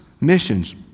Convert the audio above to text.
missions